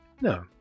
No